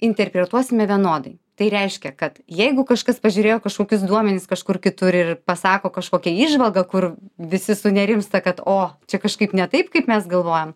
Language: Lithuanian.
interpretuosime vienodai tai reiškia kad jeigu kažkas pažiūrėjo kažkokius duomenis kažkur kitur ir ir pasako kažkokią įžvalgą kur visi sunerimsta kad o čia kažkaip ne taip kaip mes galvojom